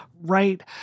right